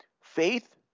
Faith